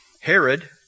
Herod